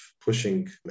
pushing